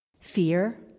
Fear